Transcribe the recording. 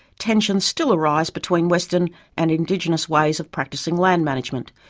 tensions still arise between western and indigenous ways of practising land management.